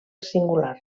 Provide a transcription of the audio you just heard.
singular